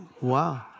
Wow